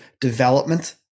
development